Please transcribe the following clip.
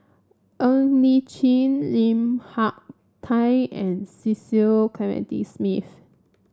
Ng Li Chin Lim Hak Tai and Cecil Clementi Smith